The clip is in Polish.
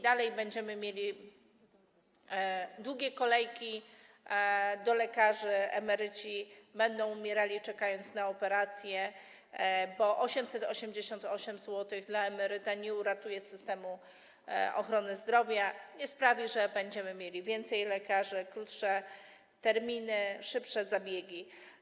Dalej będziemy mieli długie kolejki do lekarzy, emeryci będą umierali, czekając na operacje, bo 888 zł przeznaczone dla emeryta nie uratuje systemu ochrony zdrowia, nie sprawi, że będziemy mieli więcej lekarzy, krótsze terminy, szybsze zabiegi.